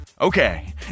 Okay